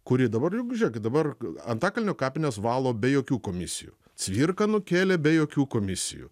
kuri dabar juk žiūrėkit dabar antakalnio kapines valo be jokių komisijų cvirką nukėlė be jokių komisijų